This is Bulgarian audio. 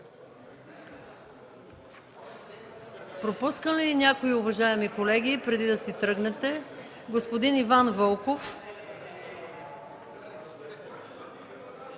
Пропускам ли някого, уважаеми колеги, преди да си тръгнете? ...господин Иван Вълков,